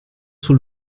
sul